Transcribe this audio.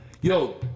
yo